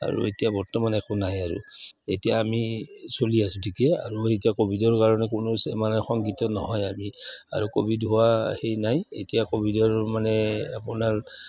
আৰু এতিয়া বৰ্তমান একো নাই আৰু এতিয়া আমি চলি আছোঁ ঠিকে আৰু এতিয়া ক'ভিডৰ কাৰণে কোনো মানে শংকিত নহয় আমি আৰু ক'ভিড হোৱা সেই নাই এতিয়া ক'ভিডৰ মানে আপোনাৰ